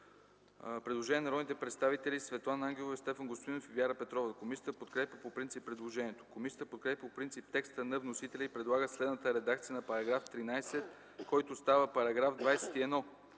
Предложение от народните представители Светлана Ангелова, Стефан Господинов и Вяра Петрова. Комисията подкрепя по принцип предложението. Комисията подкрепя по принцип текста на вносителя и предлага следната редакция на § 13, който става § 21: „§ 21.